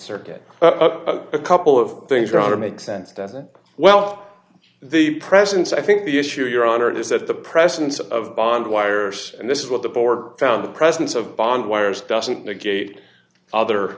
circuit a couple of things around it makes sense doesn't well the presence i think the issue your honor is that the presence of bond wires and this is what the board found the presence of bond wires doesn't negate other